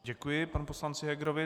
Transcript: Děkuji panu poslanci Hegerovi.